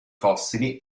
fossili